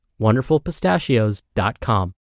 wonderfulpistachios.com